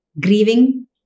grieving